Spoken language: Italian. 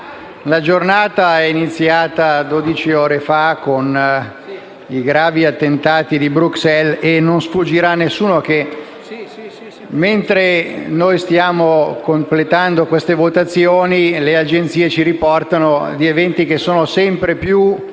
la giornata è iniziata dodici ore fa con i gravi attentati di Bruxelles. Non sfuggirà a nessuno che, mentre stiamo completando queste votazioni, le agenzie di stampa ci riportano gli eventi che sono sempre più